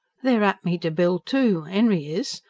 they're at me to build, too enry is.